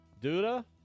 Duda